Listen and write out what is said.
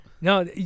no